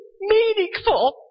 meaningful